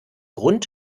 grund